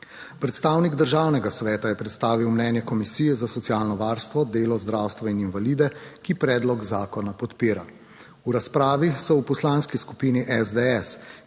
Predstavnik Državnega sveta je predstavil mnenje Komisije za socialno varstvo, delo, zdravstvo in invalide, ki predlog zakona podpira. v razpravi so v Poslanski skupini SDS,